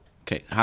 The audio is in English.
Okay